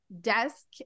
desk